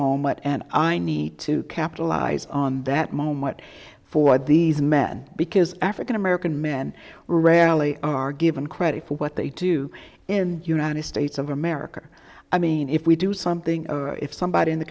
moment and i need to capitalize on that moment for these men because african american men rarely are given credit for what they do in united states of america i mean if we do something if somebody in the